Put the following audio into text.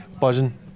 buzzing